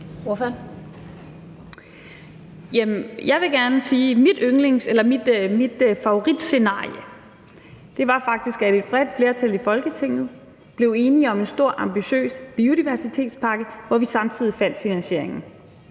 Jeg vil gerne sige, at mit favoritscenarie faktisk var, at et bredt flertal i Folketinget blev enige om en stor, ambitiøs biodiversitetspakke, hvor vi samtidig fandt finansieringen,